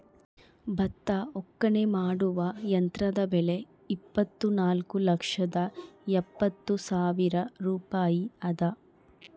ಭತ್ತ ಒಕ್ಕಣೆ ಮಾಡುವ ಯಂತ್ರದ ಬೆಲೆ ಇಪ್ಪತ್ತುನಾಲ್ಕು ಲಕ್ಷದ ಎಪ್ಪತ್ತು ಸಾವಿರ ರೂಪಾಯಿ ಅದ